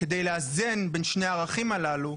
כדי לאזן בין שני הערכים הללו,